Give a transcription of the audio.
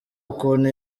ukuntu